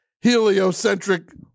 Heliocentric